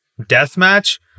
Deathmatch